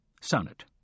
Sonnet